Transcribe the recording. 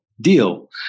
deal